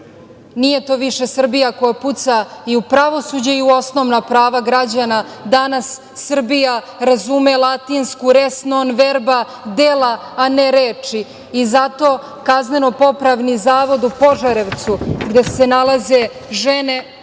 nije to više Srbija koja puca i u pravosuđe i u osnovna prava građana. Danas Srbija razume latinsku res non verba, dela, a ne reči. Zato Kazneno-popravni zavod u Požarevcu, gde se nalaze žene,